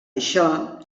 això